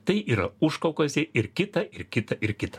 tai yra užkaukazė ir kita ir kita ir kita